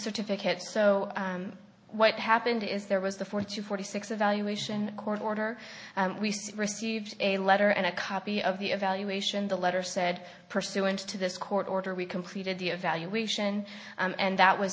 certificate so what happened is there was the four to forty six evaluation court order we received a letter and a copy of the evaluation the letter said pursuant to this court order we completed the evaluation and that was